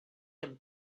him